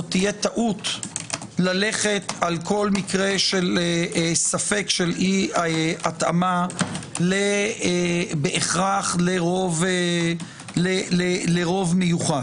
זו תהיה טעות ללכת על כל מקרה של ספק של אי התאמה בהכרח לרוב מיוחס.